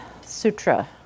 Sutra